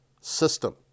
system